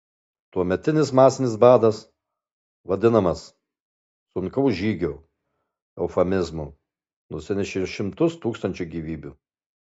tuometinis masinis badas vadinamas sunkaus žygio eufemizmu nusinešė šimtus tūkstančių gyvybių